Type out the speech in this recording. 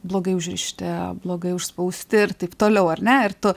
blogai užrišti blogai užspausti ir taip toliau ar ne ir tu